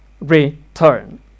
return